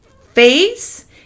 face